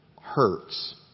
hurts